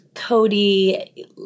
Cody